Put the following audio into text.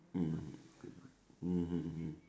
mm mmhmm